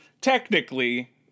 technically